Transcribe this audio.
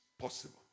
possible